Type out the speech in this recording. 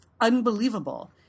unbelievable